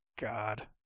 god